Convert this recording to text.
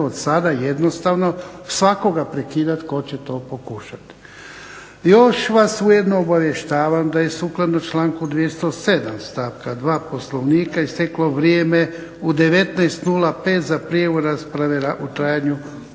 od sada jednostavno svakoga prekidati tko će to pokušati. Još vas ujedno obavještavam da je sukladno članku 207. stavka 2. Poslovnika isteklo vrijeme u 19,05 za prijavu rasprave u trajanju